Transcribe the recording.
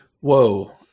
Whoa